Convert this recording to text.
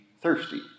thirsty